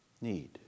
need